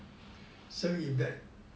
so if that